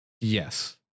Yes